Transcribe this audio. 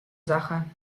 sache